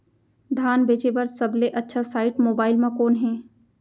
धान बेचे बर सबले अच्छा साइट मोबाइल म कोन हे?